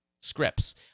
scripts